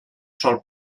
sol